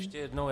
Ještě jednou.